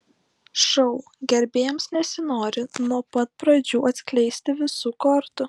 šou gerbėjams nesinori nuo pat pradžių atskleisti visų kortų